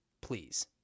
please